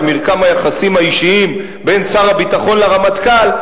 במרקם היחסים האישיים בין שר הביטחון לרמטכ"ל,